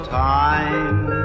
time